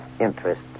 interest